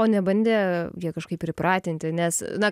o nebandė jie kažkaip pripratinti nes na